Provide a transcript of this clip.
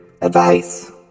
advice